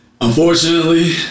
unfortunately